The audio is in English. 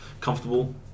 comfortable